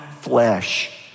flesh